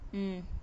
mm